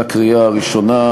לקריאה הראשונה,